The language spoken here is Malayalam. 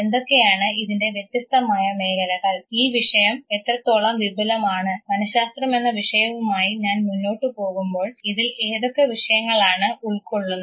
എന്തൊക്കെയാണ് ഇതിൻറെ വ്യത്യസ്തമായ മേഖലകൾ ഈ വിഷയം എത്രത്തോളം വിപുലമാണ് മനഃശാസ്ത്രം എന്ന വിഷയവുമായി ഞാൻ മുന്നോട്ടുപോകുമ്പോൾ ഇതിൽ ഏതൊക്കെ വിഷയങ്ങൾ ആണ് ഉൾക്കൊള്ളുന്നത്